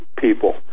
people